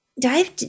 dive